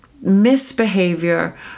misbehavior